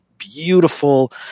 beautiful